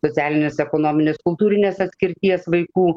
socialinės ekonominės kultūrinės atskirties vaikų